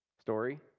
story